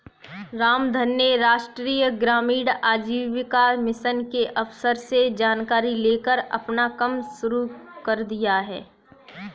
रामधन ने राष्ट्रीय ग्रामीण आजीविका मिशन के अफसर से जानकारी लेकर अपना कम शुरू कर दिया है